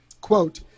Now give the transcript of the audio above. quote